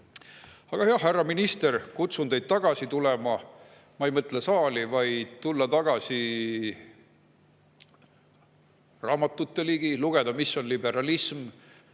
Aga jah, härra minister, kutsun teid tagasi tulema – ma ei mõtle saali, vaid tuleks tulla tagasi raamatute ligi ja lugeda, mis on liberalism.